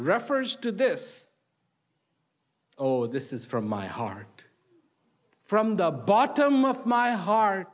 reference to this or this is from my heart from the bottom of my heart